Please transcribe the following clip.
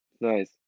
Nice